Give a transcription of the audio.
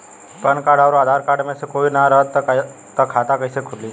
Pan card आउर Aadhaar card मे से कोई ना रहे त खाता कैसे खुली?